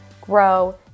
grow